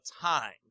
time